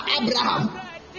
Abraham